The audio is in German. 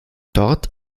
dort